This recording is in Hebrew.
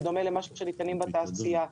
בדומה למה שניתן בתעשייה.